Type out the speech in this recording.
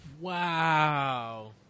Wow